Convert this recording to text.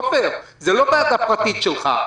עפר שלח, זה לא ועדה פרטית שלך.